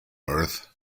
earth